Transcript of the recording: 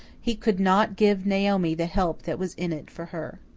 he could not give naomi the help that was in it for her.